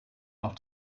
noch